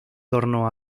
torno